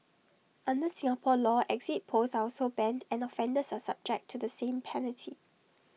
under Singapore law exit polls are also banned and offenders are subject to the same penalty